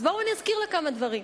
אז בואו נזכיר לה כמה דברים,